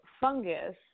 fungus